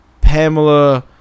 Pamela